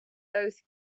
both